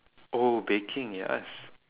oh baking yes